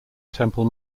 temple